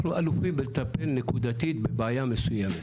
אנחנו אלופים בלטפל נקודתית בבעיה מסוימת,